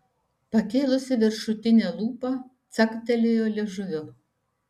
pakėlusi viršutinę lūpą caktelėjo liežuviu